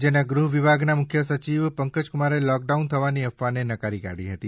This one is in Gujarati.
રાજ્યના ગૃહ વિભાગના મુખ્ય સચિવ પંકજક્રમારે લોકડાઉન થવાની અફવાને નકારી કાઢી હતી